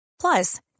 plus